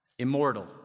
immortal